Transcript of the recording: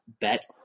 bet